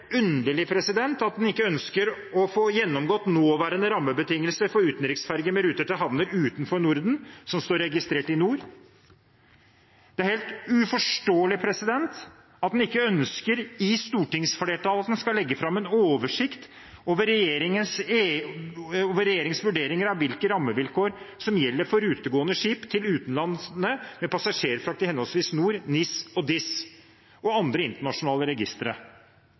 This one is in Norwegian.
underlig at man ikke ønsker å få gjennomgått nåværende rammebetingelser for utenriksferger med ruter til havner utenfor Norden, som står registrert i NOR. Det er helt uforståelig at stortingsflertallet ikke ønsker at en skal legge fram en oversikt over regjeringens vurderinger av hvilke rammevilkår som gjelder for rutegående skip til utlandet med passasjerfrakt i henholdsvis NIS, NOR og DIS og andre internasjonale registre.